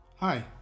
Hi